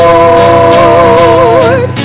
Lord